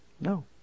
No